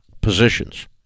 positions